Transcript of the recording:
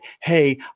hey